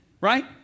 right